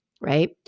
right